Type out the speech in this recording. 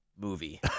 movie